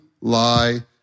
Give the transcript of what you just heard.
lie